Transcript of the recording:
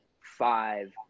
five